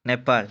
Nepal